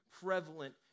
prevalent